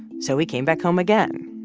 so he came back home again.